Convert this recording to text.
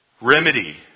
remedy